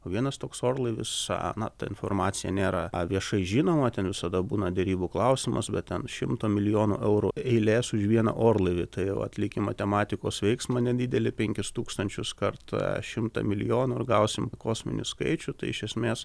vienas toks orlaivis na ta informacija nėra viešai žinoma ten visada būna derybų klausimas bet ten šimto milijonų eurų eilės už vieną orlaivį tai va atlikim matematikos veiksmą nedidelį penkis tūkstančius kart šimtą milijonų ir gausim kosminį skaičių tai iš esmės